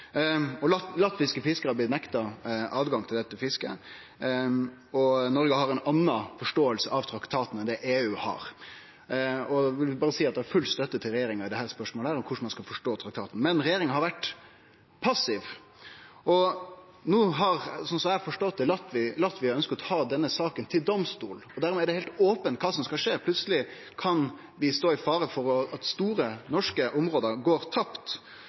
Latviske fiskarar har blitt nekta tilgjenge til dette fisket, og Noreg har ei anna forståing av traktaten enn det EU har. Eg vil berre seie at eg gir full støtte til regjeringa i spørsmålet om korleis ein skal forstå traktaten. Men regjeringa har vore passiv, og no ønskjer, slik eg har forstått det, Latvia å ta denne saka til domstolen. Dermed er det heilt opent kva som skal skje. Plutseleg kan vi stå i fare for at store norske område går tapt.